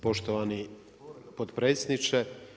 Poštovani potpredsjedniče.